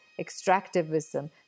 extractivism